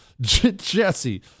Jesse